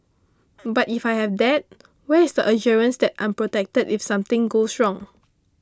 but if I have that where is the assurance that I'm protected if something goes wrong